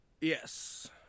Yes